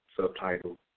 subtitle